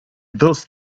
those